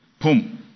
boom